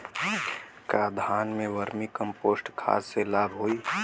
का धान में वर्मी कंपोस्ट खाद से लाभ होई?